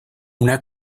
una